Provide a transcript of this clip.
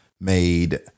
made